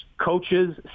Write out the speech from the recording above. coaches